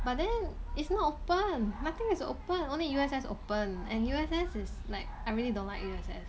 but then it's not open nothing is open only U_S_S open and U_S_S is like I really don't like U_S_S